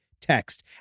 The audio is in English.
text